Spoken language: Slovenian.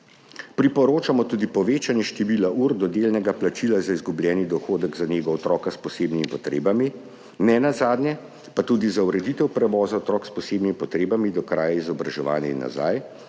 Priporočamo tudi povečanje števila ur do delnega plačila za izgubljeni dohodek za nego otroka s posebnimi potrebami, nenazadnje pa tudi za ureditev prevoza otrok s posebnimi potrebami do kraja izobraževanja in nazaj,